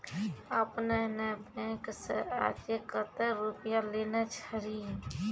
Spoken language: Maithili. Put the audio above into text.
आपने ने बैंक से आजे कतो रुपिया लेने छियि?